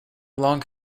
long